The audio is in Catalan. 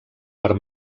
per